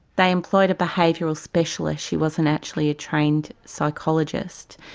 they employed a behavioural specialist, she wasn't actually a trained psychologist,